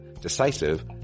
decisive